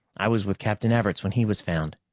i was with captain everts when he was found,